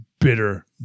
bitter